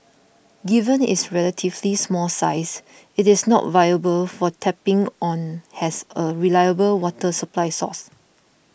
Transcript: given its relatively small size it is not viable for tapping on as a reliable water supply source